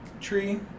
tree